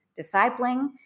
discipling